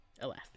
alas